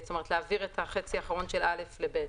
להעביר את החצי האחרון של (א) ל(ב).